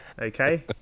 Okay